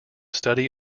study